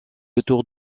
autour